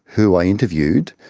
who i interviewed,